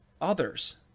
others